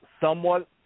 somewhat